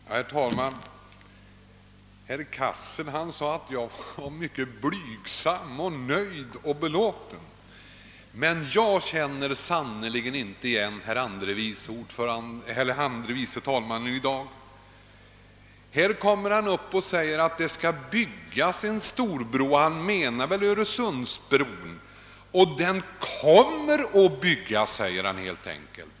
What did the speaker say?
Herr talman! Herr andre vice talmannen Cassel sade att jag var mycket blygsam och nöjd och belåten. För min del måste jag säga att jag sannerligen inte känner igen herr andre vice talmannen i dag. Han talar om en storbro — Öresundsbron — och han säger helt enkelt att den kommer att byggas.